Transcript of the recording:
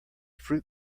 fruit